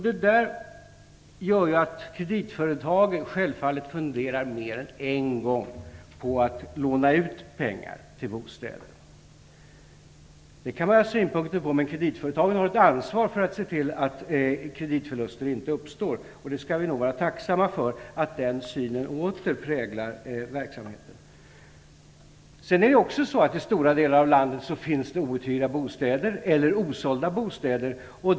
Det medför att kreditföretagen självfallet funderar mer än en gång när det gäller utlåning av pengar till bostäder. Det kan man ha synpunkter på. Kreditföretagen har dock ett ansvar att se till att kreditförluster inte uppstår. Vi skall nog vara tacksamma för att den synen åter präglar verksamheten. I stora delar av landet finns outhyrda eller osålda bostäder.